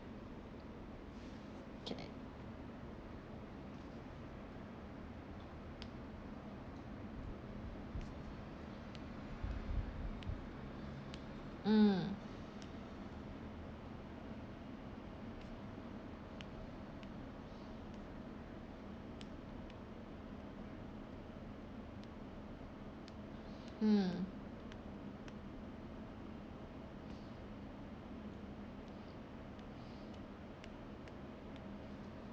K mm hmm